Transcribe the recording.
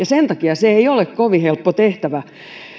sen takia se ei ole kovin helppo tehtävä